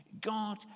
God